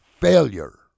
failure